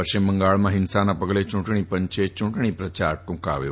પશ્ચિમ બંગાળમાં ફિંસાના પગલે ચૂંટણી પંચે ચૂંટણી પ્રચાર ટ્રંકાવ્યો